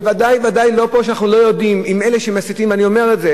ודאי וודאי אנחנו לא יודעים אם אלה שמסיתים אני אומר את זה,